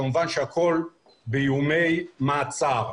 כמובן שהכול באיומי מעצר.